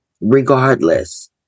regardless